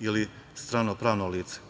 ili strano pravno lice.